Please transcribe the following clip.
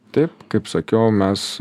taip kaip sakiau mes